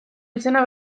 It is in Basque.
izena